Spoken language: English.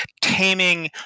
taming